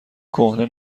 کهنه